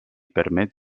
permet